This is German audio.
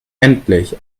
endlich